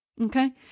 okay